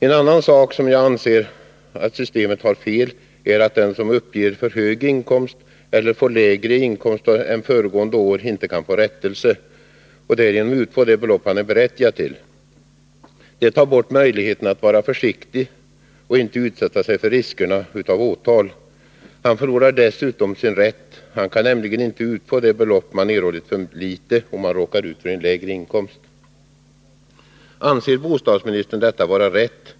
En annan sak som gör att jag anser att systemet är fel är att den som uppger för hög inkomst eller får lägre inkomst än föregående år inte kan få rättelse och utfå det belopp han är berättigad till. Det tar bort möjligheten att vara försiktig och inte utsätta sig för riskerna av åtal. Man förlorar dessutom sin rätt. Man kan nämligen inte utfå det belopp man erhållit för litet om man råkar ut för en lägre inkomst. Anser bostadsministern detta vara rätt?